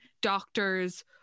Doctors